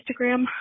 Instagram